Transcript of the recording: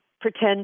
pretend